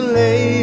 lay